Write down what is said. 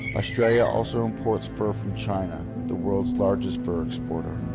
australia also imports fur from china, the world's largest fur exporter.